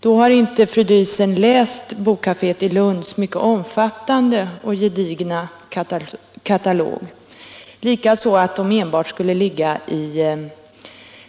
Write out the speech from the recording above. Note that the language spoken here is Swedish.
Då har inte fru Diesen läst den mycket omfattande och gedigna katalogen från bokkaféet i Lund. Det stämmer inte heller att bokkaféerna enbart skulle ligga i